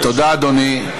תודה, אדוני.